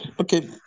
okay